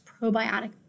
probiotic